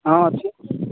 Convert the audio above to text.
ହଁ ଅଛି